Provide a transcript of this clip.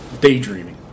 daydreaming